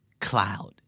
Cloud